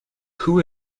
who